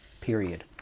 period